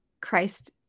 Christ